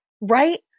right